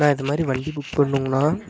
அண்ணா இதுமாதிரி வண்டி புக் பண்ணுங்கணா